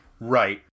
Right